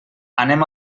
anem